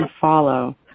follow